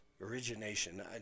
origination